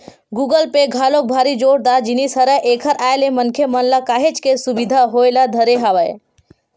Google Pay घलोक भारी जोरदार जिनिस हरय एखर आय ले मनखे मन ल काहेच के सुबिधा होय ल धरे हवय